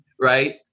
Right